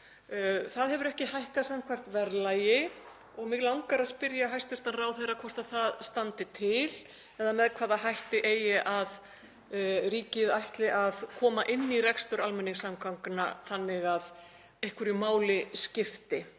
Það hefur ekki hækkað samkvæmt verðlagi og mig langar að spyrja hæstv. ráðherra hvort það standi til eða með hvaða hætti ríkið ætli að koma inn í rekstur almenningssamgangna þannig að einhverju máli skipti.